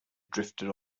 drifted